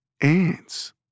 ants